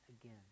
again